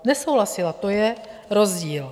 Nesouhlasila, to je rozdíl.